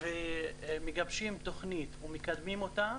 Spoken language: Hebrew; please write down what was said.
ומגבשים תוכנית ומקדמים אותה,